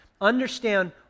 understand